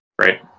Right